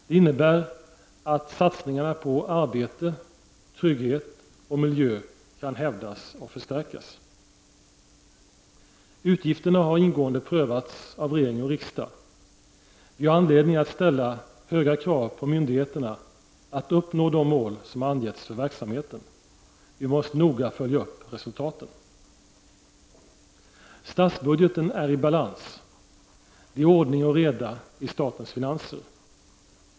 Det innebär att satsningarna på arbete, trygghet och miljö kan hävdas och förstärkas. Utgifterna har ingående prövats av regering och riksdag. Vi har anledning att ställa höga krav på myndigheterna att uppnå de mål som har angetts för verksamheten. Vi måste noga följa upp resultaten. Statsbudgeten är i balans. Det är ordning och reda i statens finanser.